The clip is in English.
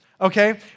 Okay